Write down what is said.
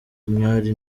umwali